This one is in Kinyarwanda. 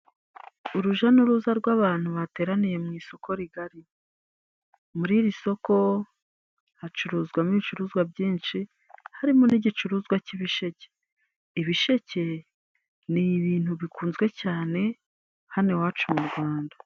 Urujya n'uruza rw'abantu bateraniye mu isoko rigari, muri iri soko hacuruzwamo ibicuruzwa byinshi harimo n'igicuruzwa cy'ibisheke. Ibisheke ni ibintu bikunzwe cyane hano iwacu mu Rwanda.